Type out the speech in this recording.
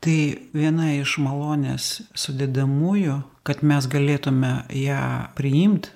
tai viena iš malonės sudedamųjų kad mes galėtume ją priimt